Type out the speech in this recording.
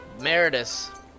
meredith